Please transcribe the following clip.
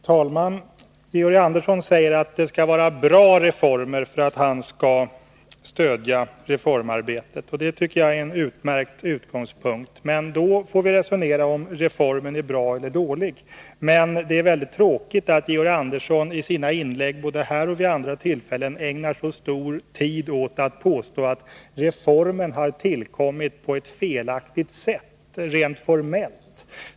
Herr talman! Georg Andersson säger att det skall vara bra reformer för att han skall stödja reformarbetet. Det tycker jag är en utmärkt utgångspunkt, men då får vi diskutera om reformen är bra eller dålig. Därför är det väldigt tråkigt att Georg Andersson i sina inlägg, både här och vid andra tillfällen, ägnar så mycket tid åt att påstå att reformen har tillkommit på ett felaktigt sätt, rent formellt.